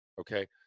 Okay